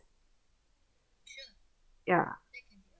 ya